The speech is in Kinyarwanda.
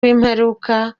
w’imperuka